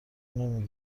نمی